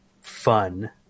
fun